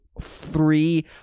three